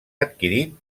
adquirit